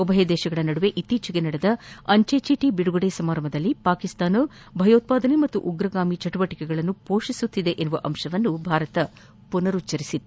ಉಭಯ ದೇಶಗಳ ನಡುವೆ ಇತ್ತೀಚೆಗೆ ನಡೆದ ಅಂಚೆಚೀಟ ಬಿಡುಗಡೆ ಸಮಾರಂಭದಲ್ಲಿ ಪಾಕಿಸ್ತಾನ ಭಯೋತ್ಪಾದನೆ ಮತ್ತು ಉಗ್ರಗಾಮಿ ಚಟುವಟಿಕೆಯನ್ನು ಪೋಷಿಸುತ್ತಿದೆ ಎಂಬ ಅಂಶವನ್ನು ಭಾರತ ಪುನರುಭ್ಗರಿತ್ತು